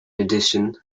addition